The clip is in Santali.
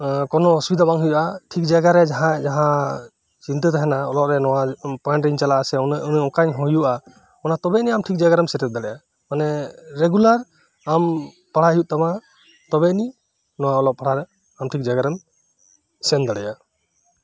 ᱠᱳᱱᱳ ᱚᱥᱩᱵᱤᱫᱷᱟ ᱵᱟᱝ ᱦᱳᱭᱳᱜᱼᱟ ᱴᱷᱤᱠ ᱡᱟᱭᱜᱟᱨᱮ ᱡᱟᱸᱦᱟ ᱡᱟᱦᱟᱸ ᱪᱤᱱᱛᱟᱹ ᱛᱟᱦᱮᱱᱟ ᱚᱱᱟᱨᱮ ᱱᱚᱶᱟ ᱯᱚᱭᱮᱱᱴᱨᱤᱧ ᱪᱟᱞᱟᱜ ᱟᱥᱮ ᱚᱱᱠᱟᱧ ᱦᱳᱭᱳᱜᱼᱟ ᱛᱚᱵᱮ ᱟᱹᱱᱤᱡᱟᱢ ᱴᱷᱤᱠ ᱡᱟᱭᱜᱟ ᱨᱮᱢ ᱥᱮᱴᱮᱨ ᱫᱟᱲᱮᱭᱟᱜᱼᱟ ᱢᱟᱱᱮ ᱨᱮᱜᱩᱞᱟᱨ ᱟᱢ ᱯᱟᱲᱦᱟᱜ ᱦᱳᱭᱳᱜ ᱛᱟᱢᱟ ᱛᱚᱵᱮ ᱟᱹᱱᱤᱡ ᱚᱞᱚᱜ ᱯᱟᱦᱟᱜ ᱟᱢ ᱴᱷᱤᱠ ᱡᱟᱭᱜᱟ ᱨᱮᱢ ᱥᱮᱱ ᱫᱟᱲᱮᱭᱟᱜᱼᱟ